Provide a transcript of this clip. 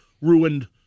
ruined